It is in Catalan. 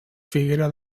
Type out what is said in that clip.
figuera